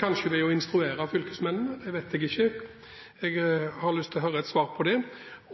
kanskje ved å instruere fylkesmennene? Jeg vet ikke, men jeg har lyst til å få et svar på det.